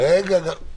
הוא מספר קצת יותר נמוך.